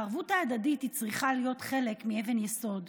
הערבות ההדדית צריכה להיות חלק מאבן יסוד,